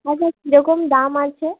আচ্ছা কীরকম দাম আছে